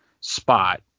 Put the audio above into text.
spot